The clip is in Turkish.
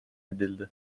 edildi